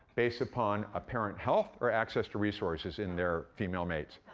based upon apparent health or access to resources in their female mates?